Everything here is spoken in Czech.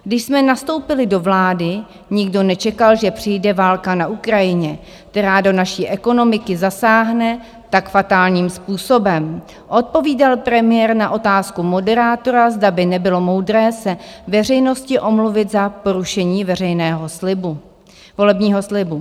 Když jsme nastoupili do vlády, nikdo nečekal, že přijde válka na Ukrajině, která do naší ekonomiky zasáhne tak fatálním způsobem, odpovídal premiér na otázku moderátora, zda by nebylo moudré se veřejnosti omluvit za porušení volebního slibu.